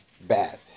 bad